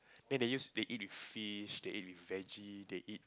then they use they eat with fish they eat with vege they eat